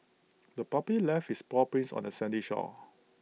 the puppy left its paw prints on the sandy shore